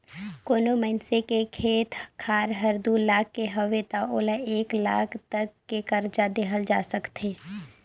कोनो मइनसे के खेत खार हर दू लाख के हवे त ओला एक लाख तक के करजा देहल जा सकथे